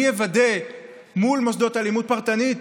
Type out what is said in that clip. אני אוודא מול מוסדות הלימוד פרטנית,